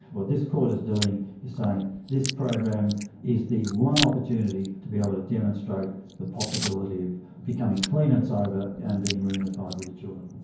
what this court is doing is saying this program is the one opportunity to be able to demonstrate the possibility of becoming clean and sober and being reunified with your children.